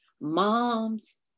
moms